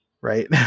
right